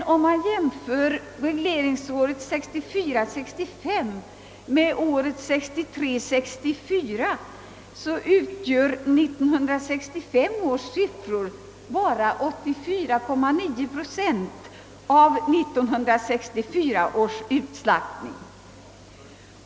Om man emellertid jämför regleringsåret 1964 64, finner man att utslaktningen 1965 utgör bara 84,9 procent av 1964 års utslaktning.